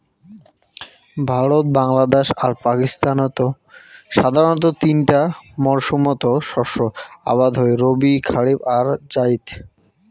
ভারত, বাংলাদ্যাশ আর পাকিস্তানত সাধারণতঃ তিনটা মরসুমত শস্য আবাদ হই রবি, খারিফ আর জাইদ